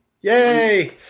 Yay